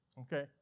Okay